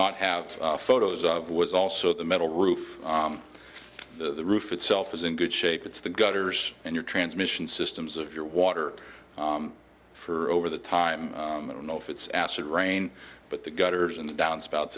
not have photos of was also the metal roof the roof itself is in good shape it's the gutters and your transmission systems of your water for over the time i don't know if it's acid rain but the gutters and downspouts